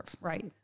Right